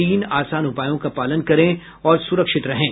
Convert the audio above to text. तीन आसान उपायों का पालन करें और सुरक्षित रहें